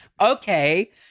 Okay